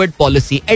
policy